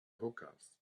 hookahs